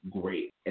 great